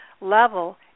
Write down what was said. level